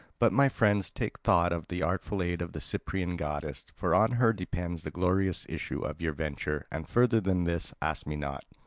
but, my friends, take thought of the artful aid of the cyprian goddess. for on her depends the glorious issue of your venture. and further than this ask me not.